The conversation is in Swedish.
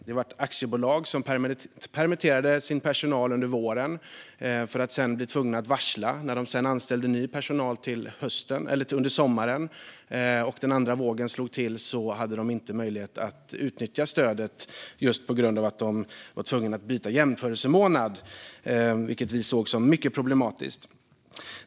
Där var det aktiebolag som permitterade sin personal under våren och senare blev tvungna att varsla. När man sedan anställde ny personal under sommaren och den andra vågen slog till fick man inte möjlighet att utnyttja stödet eftersom man var tvungen att byta jämförelsemånad. Det såg vi som mycket problematiskt.